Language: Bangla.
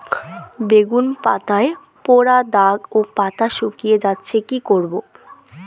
বেগুন পাতায় পড়া দাগ ও পাতা শুকিয়ে যাচ্ছে কি করব?